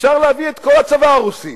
אפשר להעביר את כל הצבא הרוסי.